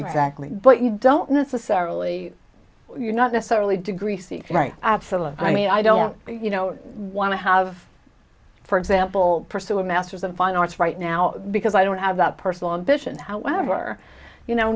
exactly but you don't necessarily you're not necessarily degree c right absalom i mean i don't you know want to have for example pursue a masters of fine arts right now because i don't have that personal ambition however you know